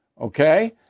Okay